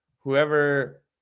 whoever